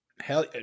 Hell